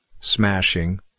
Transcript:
smashing